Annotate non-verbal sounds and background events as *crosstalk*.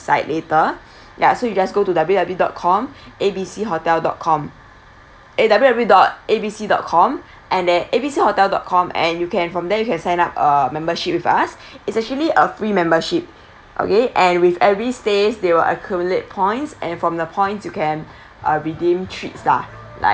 site later *breath* ya so you just go to W W dot com *breath* A B C hotel dot com eh W W dot A B C dot com *breath* and then A B C hotel dot com and you can from there you can sign up uh membership with us *breath* it's actually uh free membership *breath* okay and with every stays there will accumulate points and from the points you can *breath* uh redeemed treats lah like